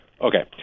Okay